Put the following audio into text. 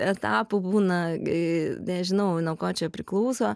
etapų būna gi nežinau nuo ko čia priklauso